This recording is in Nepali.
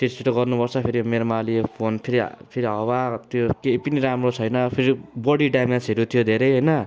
छिट्छिटो गर्नुपर्छ फेरि मेरोमा अहिले यो फोन फेरि फेरि हावा त्यो केही पनि राम्रो छैन फेरि बडी ड्यामेजहरू थियो धेरै होइन